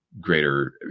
greater